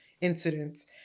incidents